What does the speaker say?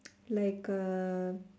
like uh